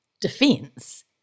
defense